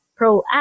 proactive